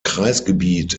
kreisgebiet